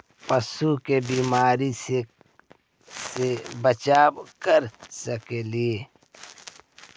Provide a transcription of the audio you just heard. पशु के बीमारी से कैसे बचाब कर सेकेली?